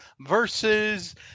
versus